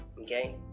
Okay